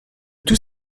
tous